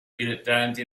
dilettanti